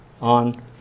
on